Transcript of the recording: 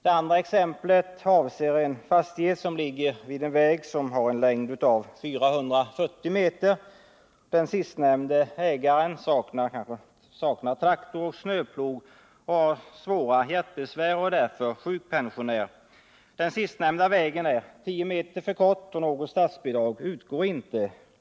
Det andra exemplet avser en fastighet som ligger vid en väg med en längd av 440 m. Ägaren till denna fastighet saknar kanske både traktor och snöplog. Han har dessutom svåra hjärtbesvär och är därför sjukpensionär. Vägen i det här exemplet är alltså 10 m för kort, och något statsbidrag utgår inte.